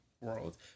world